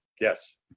Yes